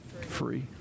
free